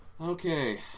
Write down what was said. okay